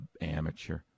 amateur